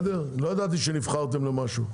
לא ידעתי שנבחרתם למשהו.